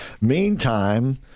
Meantime